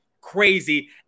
crazy